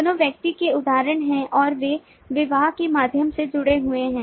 दोनों व्यक्ति के उदाहरण हैं और वे विवाह के माध्यम से जुड़े हुए हैं